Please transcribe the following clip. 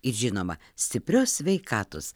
ir žinoma stiprios sveikatos